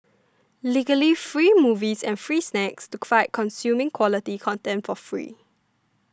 legally free movies and free snacks to fight consuming quality content for free